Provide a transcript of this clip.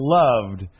loved